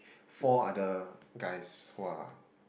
four other guys who are